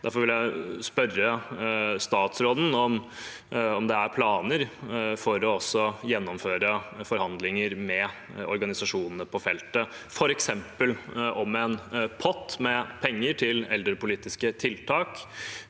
Derfor vil jeg spørre statsråden om det er planer om å gjennomføre forhandlinger med organisasjonene på feltet, f.eks. om en pott med penger til eldrepolitiske tiltak,